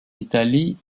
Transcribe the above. italie